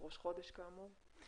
ראש חודש כאמור,